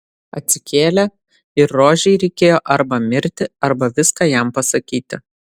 atsikėlė ir rožei reikėjo arba mirti arba viską jam pasakyti